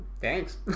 Thanks